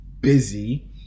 busy